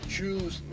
Choose